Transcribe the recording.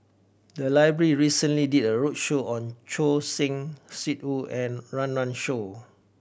the library recently did a roadshow on Choor Singh Sidhu and Run Run Shaw